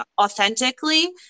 authentically